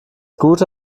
gute